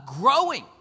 growing